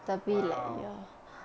!wah!